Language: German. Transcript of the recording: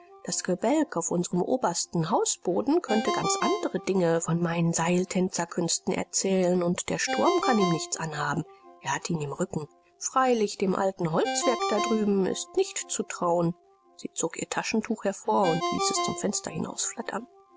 das gebälk auf unserem obersten hausboden könnte ganz andere dinge von meinen seiltänzerkünsten erzählen und der sturm kann ihm nichts anhaben er hat ihn im rücken freilich dem alten holzwerk da drüben ist nicht zu trauen sie zog ihr taschentuch hervor und ließ es zum fenster